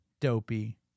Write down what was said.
dopey